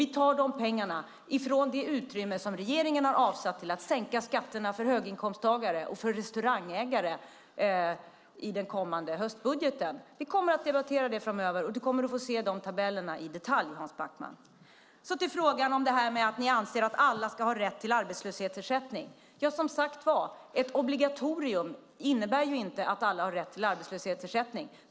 Vi tar de pengarna från det utrymme som regeringen har avsatt till att sänka skatterna för höginkomsttagare och restaurangägare i den kommande höstbudgeten. Vi kommer att debattera det framöver, och du kommer att få se de tabellerna i detalj, Hans Backman. Ni anser att alla ska ha rätt till arbetslöshetsförsäkring. Som sagt innebär inte ett obligatorium att alla har rätt till arbetslöshetsförsäkring.